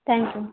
thank you